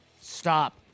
Stop